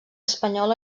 espanyol